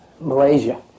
Malaysia